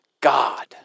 God